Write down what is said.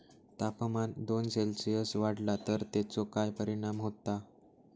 तापमान दोन सेल्सिअस वाढला तर तेचो काय परिणाम होता?